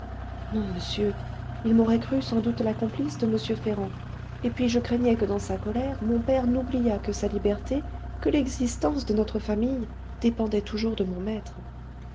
non monsieur il m'aurait crue sans doute la complice de m ferrand et puis je craignais que dans sa colère mon père n'oubliât que sa liberté que l'existence de notre famille dépendaient toujours de mon maître